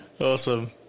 Awesome